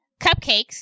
cupcakes